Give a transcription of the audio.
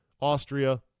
Austria